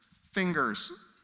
fingers